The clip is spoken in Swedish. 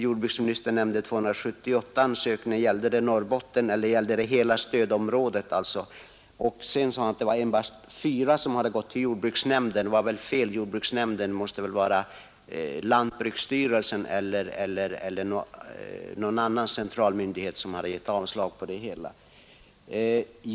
Jordbruksministern nämnde 278 ansökningar. Gällde dessa Norrbotten eller gällde de hela stödomrädet? Sedan sade jordbruksmimnistern att det endast var tyra ansökningar som hade gått till jordbruksnämnden. Det var väl en felsägning, eftersom det mäste vara lantbruksstyrelsen eller nägon annan central myndighet som givit avslag på det hela.